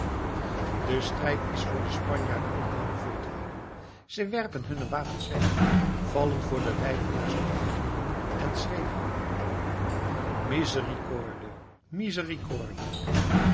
de strijd is voor de spanjaarden niet langer vol te houden zij werpen hunne wapens weg vallen voor de leidenaars op de knieën en schreeuwen